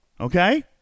Okay